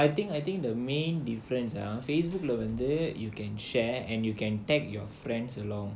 no I think I think the main difference ah Facebook leh வந்து:vandhu and you can share and you can tag your friends along